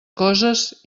coses